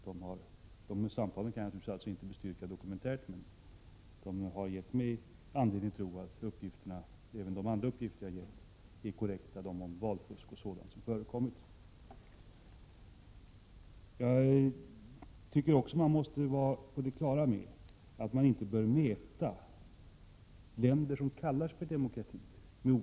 Dessa samtal kan jag naturligtvis inte dokumentärt bestyrka, men jag har anledning att tro att uppgifterna om valfusk och annat som förekommit är korrekta, liksom även övriga uppgifter som jag har lämnat. Man måste ha klart för sig att det inte går att med olika standard mäta länder som kallar sig för demokratier.